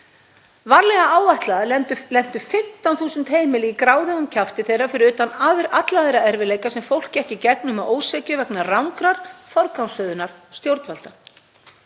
„Varlega áætlað lentu 15.000 heimili í gráðugum kjafti þeirra fyrir utan alla aðra erfiðleika sem fólk gekk í gegnum að ósekju vegna rangrar forgangsröðunar stjórnvalda.